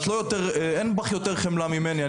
אין בך יותר חמלה ממני,